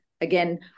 again